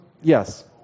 Yes